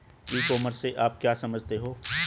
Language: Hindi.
ई कॉमर्स से आप क्या समझते हो?